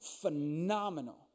phenomenal